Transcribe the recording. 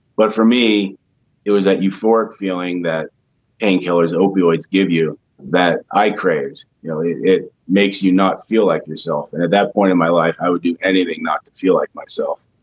but for me it was that euphoric feeling that painkillers opioids give you that i craves it makes you not feel like yourself. and at that point in my life i would do anything not to feel like myself.